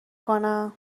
کنم